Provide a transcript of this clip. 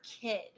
kid